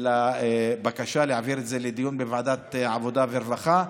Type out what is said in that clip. לבקשה להעביר את זה לדיון בוועדת העבודה והרווחה,